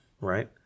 Right